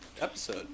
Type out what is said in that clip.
episode